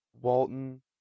Walton